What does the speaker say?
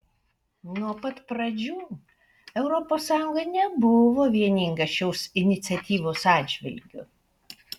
nuo pat pradžių europos sąjunga nebuvo vieninga šios iniciatyvos atžvilgiu